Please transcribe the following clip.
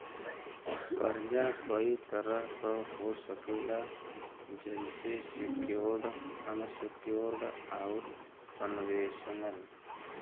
कर्जा कई तरह क हो सकेला जइसे सेक्योर्ड, अनसेक्योर्ड, आउर कन्वेशनल